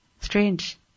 Strange